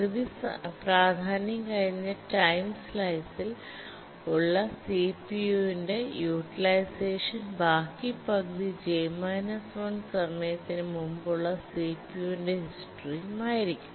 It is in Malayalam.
പകുതി പ്രാധാന്യം കഴിഞ്ഞ ടൈം സ്ലൈസിൽ ഉള്ള സി പി ഉ ന്റെ യൂട്ടിലൈസഷൻ ഉം ബാക്കി പകുതി j 1 സമയത്തിനു മുമ്പ് ഉള്ള സി പി ഉ ന്റെ ഹിസ്റ്റോറിയും ആയിരിക്കും